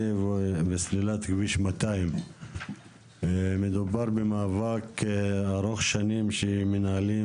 וסלילת כביש 200. מדובר במאבק ארוך שנים שמנהלים